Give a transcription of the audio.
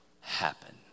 happen